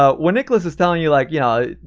ah when nicholas is telling you, like, yeah